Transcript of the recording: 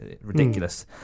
ridiculous